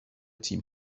تیم